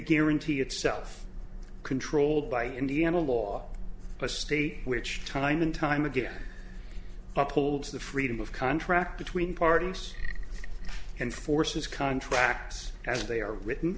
guarantee itself controlled by indiana law but state which time and time again up holds the freedom of contract between parties and forces contracts as they are written